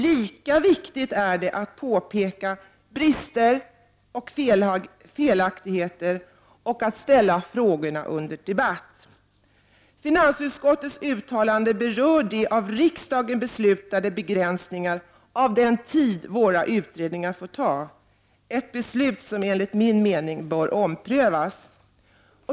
Lika viktigt är att påpeka brister och felaktigheter och ställa frågor under debatt. Finansutskottets uttalande berör de av riksdagen beslutade begränsningarna av den tid våra utredningar får ta. Det är ett beslut som enligt min mening bör omprövas.